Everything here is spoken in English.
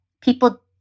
people